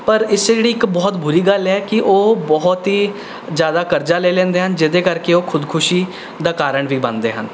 ਪਰ ਇਸ 'ਚ ਜਿਹੜੀ ਇੱਕ ਬਹੁਤ ਬੁਰੀ ਗੱਲ ਹੈ ਕਿ ਉਹ ਬਹੁਤ ਹੀ ਜ਼ਿਆਦਾ ਕਰਜ਼ਾ ਲੈ ਲੈਂਦੇ ਹਨ ਜਿਹਦੇ ਕਰਕੇ ਉਹ ਖੁਦਕੁਸ਼ੀ ਦਾ ਕਾਰਨ ਵੀ ਬਣਦੇ ਹਨ